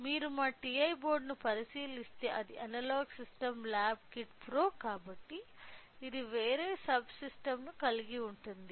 మీరు మా TI బోర్డును పరిశీలిస్తే అది analog system lab kit pro కాబట్టి ఇది వేరే సబ్ సిస్టంను కలిగి ఉంది